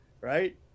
Right